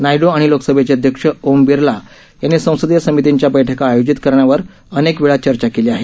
नायडू आणि लोकसभेचे अध्यक्ष ओम बिर्ला यांनी संसदीय समितींच्या बैठका आयोजित करण्यावर अनेकवेळा चर्चा केली आहे